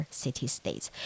city-states